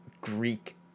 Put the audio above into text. Greek